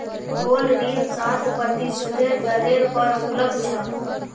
gold ऋण सात प्रतिशतेर दरेर पर उपलब्ध छ